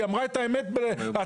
היא אמרה את האמת הצרופה,